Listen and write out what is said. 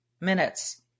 minutes